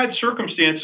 circumstances